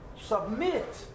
submit